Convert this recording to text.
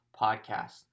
Podcast